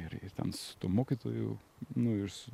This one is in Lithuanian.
ir ir ten su tuo mokytoju nu ir su